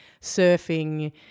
surfing